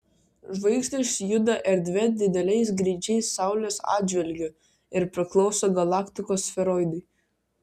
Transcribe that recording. žvaigždės juda erdve dideliais greičiais saulės atžvilgiu ir priklauso galaktikos sferoidui